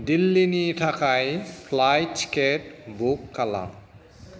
दिल्लीनि थाखाय flight ticket book खालाम